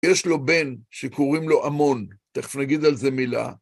יש לו בן שקוראים לו עמון, תכף נגיד על זה מילה.